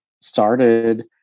started